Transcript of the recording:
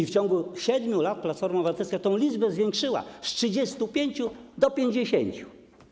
W ciągu 7 lat Platforma Obywatelska tę liczbę zwiększyła z 35 do 50.